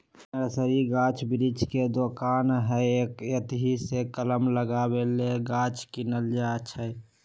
nursery गाछ वृक्ष के दोकान हइ एतहीसे कलम लगाबे लेल गाछ किनल जाइ छइ